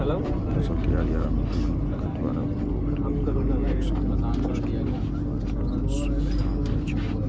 फसल तैयारी आ मनुक्ख द्वारा उपभोगक बीच अन्न नुकसान कें पोस्ट हार्वेस्ट लॉस कहल जाइ छै